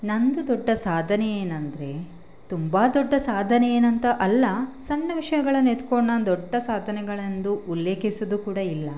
ನನ್ನದು ದೊಡ್ಡ ಸಾಧನೆ ಏನಂದರೆ ತುಂಬ ದೊಡ್ಡ ಸಾಧನೆ ಏನಂತ ಅಲ್ಲ ಸಣ್ಣ ವಿಷಯಗಳನ್ನ ಎತ್ಕೊಂಡು ನಾನು ದೊಡ್ಡ ಸಾಧನೆಗಳೆಂದು ಉಲ್ಲೇಖಿಸೋದು ಕೂಡ ಇಲ್ಲ